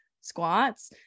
squats